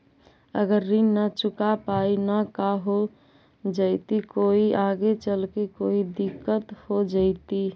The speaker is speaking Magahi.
अगर ऋण न चुका पाई न का हो जयती, कोई आगे चलकर कोई दिलत हो जयती?